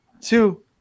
two